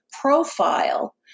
profile